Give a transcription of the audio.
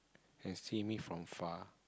and see me from far